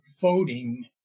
voting